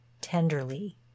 tenderly